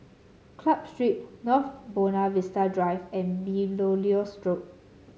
Club Street North Buona Vista Drive and Belilios Road